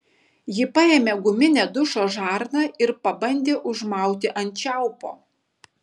ji paėmė guminę dušo žarną ir pabandė užmauti ant čiaupo